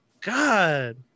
God